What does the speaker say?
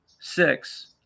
six